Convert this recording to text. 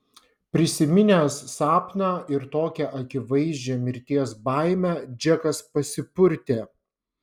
prisiminęs sapną ir tokią akivaizdžią mirties baimę džekas pasipurtė